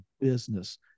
business